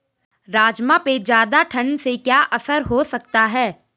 राजमा पे ज़्यादा ठण्ड से क्या असर हो सकता है?